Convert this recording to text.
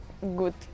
good